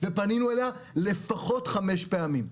ופנינו אליה לפחות חמש פעמים.